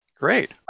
Great